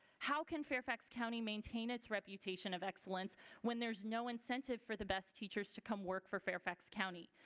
how can fairfax county maintain its reputation of excellence when there is no incentive for the best teachers to come work for fairfax county?